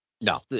No